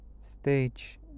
stage